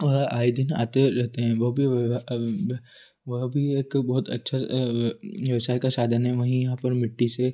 वह आए दिन आते रहते हैं वो भी वह भी एक बहुत अच्छा व्यवसाय का साधन है वहीं यहाँ पर मिट्टी से